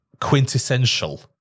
quintessential